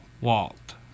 walked